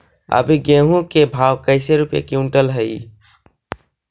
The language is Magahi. अभी गेहूं के भाव कैसे रूपये क्विंटल हई?